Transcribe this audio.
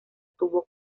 tuvo